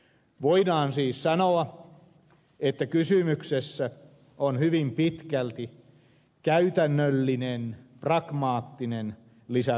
voidaan siis sanoa että kysymyksessä on hyvin pitkälti käytännöllinen pragmaattinen lisätalousarvio